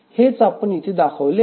आणि हेच आपण येथे दाखविले आहे